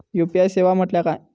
UPI सेवा म्हटल्या काय?